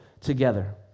together